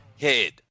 head